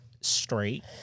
straight